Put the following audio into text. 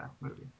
movie